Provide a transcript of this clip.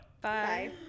Bye